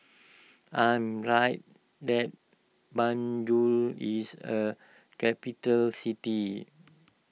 I am right that Banjul is a capital city